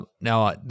Now